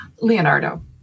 Leonardo